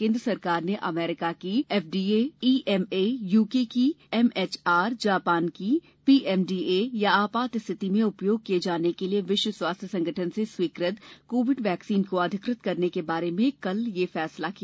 केन्द्र सरकार ने अमरीका की एफडीए ईएमए यूके की एमएचआरए जापान की पीएमडीए या आपात स्थिति में उपयोग किए जाने के लिए विश्व स्वास्थ्य संगठन से स्वीकृत कोविड वैक्सीन को अधिकृत करने के बारे में कल यह फैसला किया